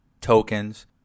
tokens